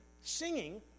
singing